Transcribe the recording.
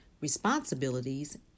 responsibilities